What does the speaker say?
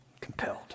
compelled